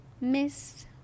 Miss